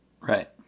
Right